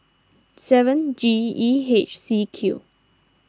seven G E H C Q